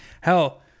Hell